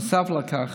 נוסף על כך,